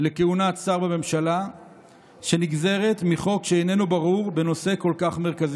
לכהונת שר בממשלה שנגזרת מחוק שאיננו ברור בנושא כל כך מרכזי,